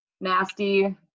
nasty